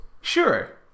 sure